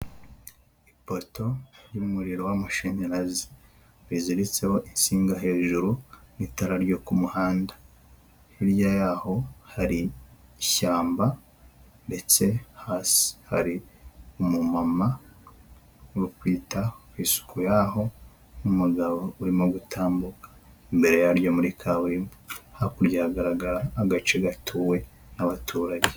Ipoto ry'umuriro w'amashanyarazi, riziritseho insinga hejuru n'itara ryo ku muhanda. Hirya yaho hari ishyamba ndetse hasi hari umumama uri kwita ku isuku yaho n'umugabo urimo gutambuka, imbere yaryo muri kaburimbo, hakurya hagaragara agace gatuwe n'abaturage.